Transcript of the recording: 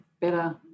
better